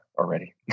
already